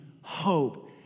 hope